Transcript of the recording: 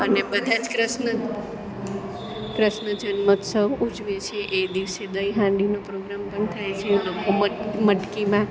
અને બધા જ કૃૃષ્ણ કૃૃષ્ણ જન્મોત્ત્સવ ઉજવે છે એ દિવસે દહીં હાંડીનો પ્રોગ્રામ પણ થાય છે લોકો મટકીમાં